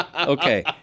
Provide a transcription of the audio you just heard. Okay